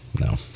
No